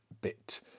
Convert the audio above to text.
bit